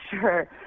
Sure